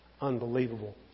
unbelievable